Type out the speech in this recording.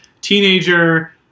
teenager